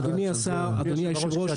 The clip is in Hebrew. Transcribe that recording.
אדוני היושב ראש,